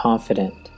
Confident